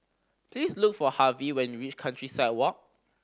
please look for Harvie when you reach Countryside Walk